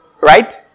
Right